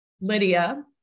Lydia